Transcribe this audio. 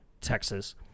Texas